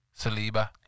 Saliba